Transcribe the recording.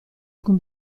alcun